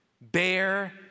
bear